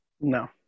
No